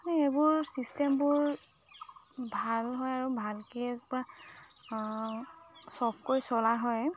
এইবোৰ ছিষ্টেমবোৰ ভাল হয় আৰু ভালকে পৰা চলা হয়